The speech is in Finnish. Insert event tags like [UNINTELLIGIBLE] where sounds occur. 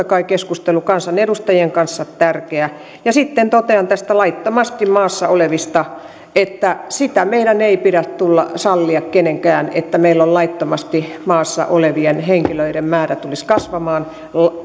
[UNINTELLIGIBLE] kai keskustelu kansanedustajien kanssa tärkeää sitten totean laittomasti maassa olevista että sitä meidän ei tule sallia kenenkään että meillä laittomasti maassa olevien henkilöiden määrä tulisi kasvamaan